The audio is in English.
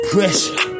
Pressure